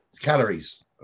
Calories